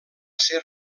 ser